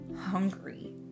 hungry